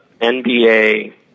NBA